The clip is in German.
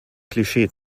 klischee